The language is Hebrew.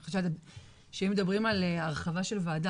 אני חושבת שאם מדברים על הרחבה של ועדה